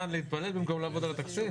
להתפלל במקום לעבוד על התקציב?